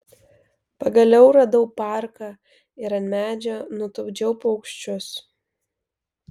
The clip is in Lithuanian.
pagaliau radau parką ir ant medžio nutupdžiau paukščius